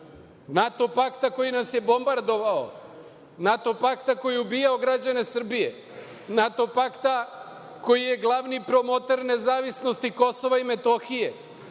NATO pakta koji nas je bombardovao, NATO pakta koji je ubijao građane Srbije, NATO pakta koji je glavni promoter nezavisnosti Kosova i Metohije,